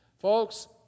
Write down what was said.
Folks